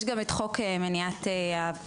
יש גם את חוק מניעת העסקה,